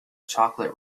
chocolate